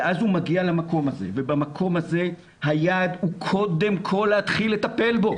ואז הוא מגיע למקום הזה ובמקום הזה היעד הוא קודם כל להתחיל לטפל בו,